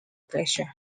pressures